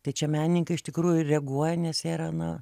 tai čia menininkai iš tikrųjų reaguoja nes jie yra na